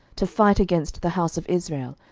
to fight against the house of israel,